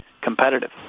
competitive